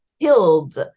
killed